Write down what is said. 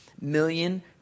million